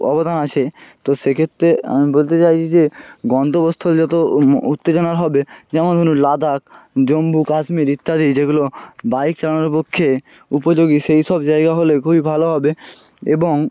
অবদান আছে তো সেক্ষেত্রে আমি বলতে চাই যে গন্তব্যস্থল যত উত্তেজনার হবে যেমন ধরুন লাদাখ জম্মু কাশ্মীর ইত্যাদি যেগুলো বাইক চালানোর পক্ষে উপযোগী সেই সব জায়গা হলে খুবই ভালো হবে এবং